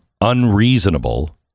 unreasonable